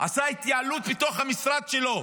עשה התייעלות בתוך המשרד שלו,